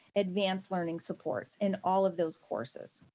advanced learning supports and all of those courses.